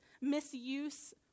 misuse